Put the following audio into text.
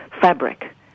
fabric